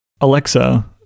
Alexa